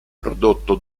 prodotto